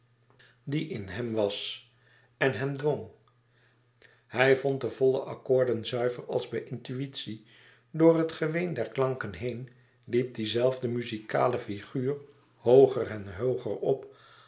die in hem was en hem dwong hij vond de volle accoorden zuiver als bij intuïtie door het geween der klanken heen liep die zelfde muzikale figuur hooger en hooger op